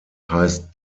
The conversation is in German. heißt